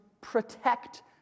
protect